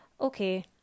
Okay